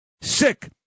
sick